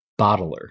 bottler